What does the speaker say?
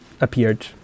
appeared